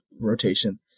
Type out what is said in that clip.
rotation